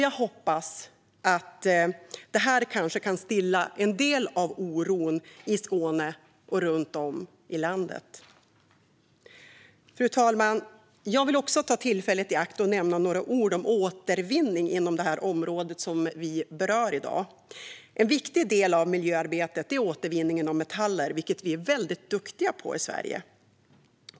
Jag hoppas att det här kanske kan stilla en del av oron i Skåne och runt om i landet. Fru talman! Jag vill också ta tillfället i akt att nämna några ord om återvinning inom det område som vi berör i dag. En viktig del av miljöarbetet är återvinningen av metaller, något som vi är väldigt duktiga på i Sverige.